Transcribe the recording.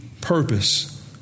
purpose